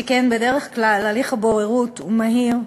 שכן בדרך כלל הליך הבוררות הוא מהיר,